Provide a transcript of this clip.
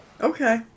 okay